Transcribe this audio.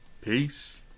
Peace